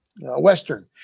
Western